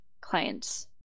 clients